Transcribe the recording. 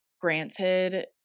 granted